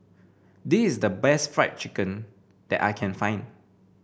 this is the best Fried Chicken that I can find